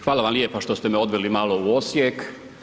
Hvala vam lijepa što ste me odveli malo u Osijek.